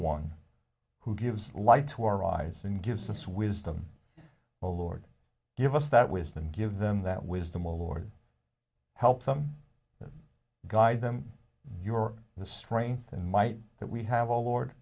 one who gives light to our eyes and gives us wisdom oh lord give us that wisdom give them that wisdom oh lord help them guide them your the strength and might that we have